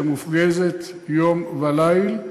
שמופגזת יום וליל.